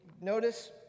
notice